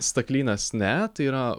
staklynas ne tai yra